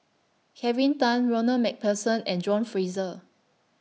Kelvin Tan Ronald MacPherson and John Fraser